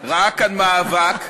ראה כאן מאבק.